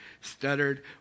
stuttered